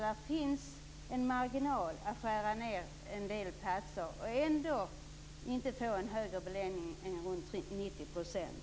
Det finns en marginal att skära ned en del platser och ändå inte få en högre beläggning än runt 90 %.